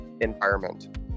environment